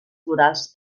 florals